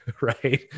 Right